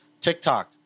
TikTok